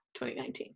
2019